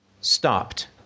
stopped